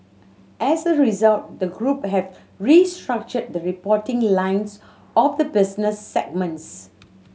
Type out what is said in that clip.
as a result the group have restructured the reporting lines of the business segments